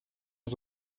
los